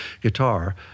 guitar